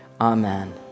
Amen